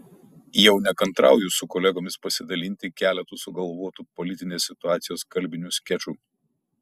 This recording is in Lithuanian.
jau nekantrauju su kolegomis pasidalinti keletu sugalvotų politinės situacijos kalbinių skečų